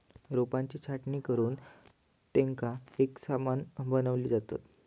रोपांची छाटणी करुन तेंका एकसमान बनवली जातत